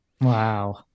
wow